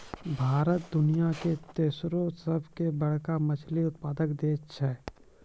भारत दुनिया के तेसरो सभ से बड़का मछली उत्पादक देश छै